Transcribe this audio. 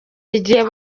igihe